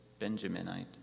Benjaminite